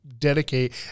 dedicate